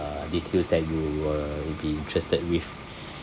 details that you uh will be interested with